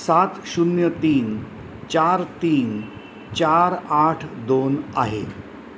सात शून्य तीन चार तीन चार आठ दोन आहे